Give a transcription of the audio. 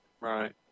Right